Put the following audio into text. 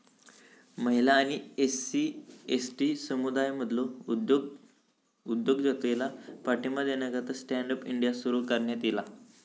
महिला आणि SC, ST समुदायांमधलो उद्योजकतेला पाठिंबा देण्याकरता स्टँड अप इंडिया सुरू करण्यात ईला